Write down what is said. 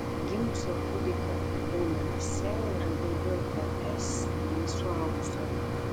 gimusio kūdikio raumenyse yra daugiau rs nei suaugusiojo